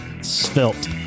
spilt